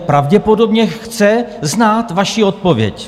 Pravděpodobně chce znát vaši odpověď.